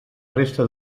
resta